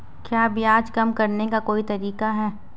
क्या ब्याज कम करने का कोई तरीका है?